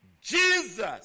Jesus